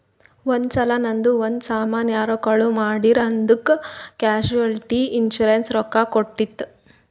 ಒಂದ್ ಸಲಾ ನಂದು ಒಂದ್ ಸಾಮಾನ್ ಯಾರೋ ಕಳು ಮಾಡಿರ್ ಅದ್ದುಕ್ ಕ್ಯಾಶುಲಿಟಿ ಇನ್ಸೂರೆನ್ಸ್ ರೊಕ್ಕಾ ಕೊಟ್ಟುತ್